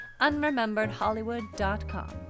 unrememberedhollywood.com